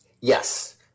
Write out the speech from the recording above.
Yes